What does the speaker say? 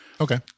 Okay